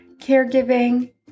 caregiving